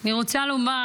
אני רוצה לומר